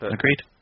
agreed